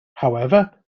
however